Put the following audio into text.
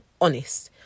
honest